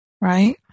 right